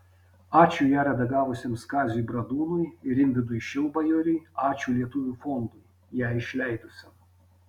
ačiū ją redagavusiems kaziui bradūnui ir rimvydui šilbajoriui ačiū lietuvių fondui ją išleidusiam